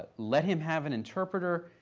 let him have an interpreter,